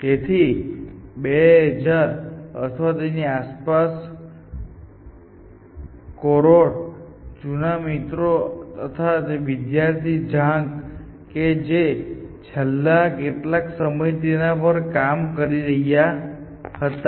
તેથી 2000 અથવા તેની આસપાસ કોરોર જૂના મિત્રો તથા તેના વિદ્યાર્થી ઝાંગ કે જેઓ છેલ્લા કેટલાક સમયથી તેના પર કામ કરી રહ્યા હતા